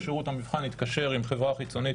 שירות המבחן התקשר עם חברה חיצונית